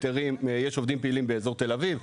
יש עובדים פעילים באזור תל אביב,